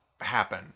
happen